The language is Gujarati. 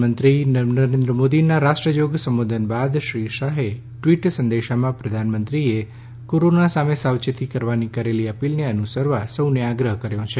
પ્રધાનમંત્રી મોદીના રાષ્ટ્રજોગ સંબોધન બાદ શ્રી શાહે ટ્વીટ સંદેશમાં પ્રધાનમંત્રીએ કોરોના સામે સાવચેત રહેવાની કરેલી અપીલને અનુસરવા સૌને આગ્રહ કર્યો છે